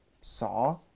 saw